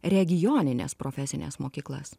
regionines profesines mokyklas